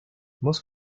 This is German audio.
muss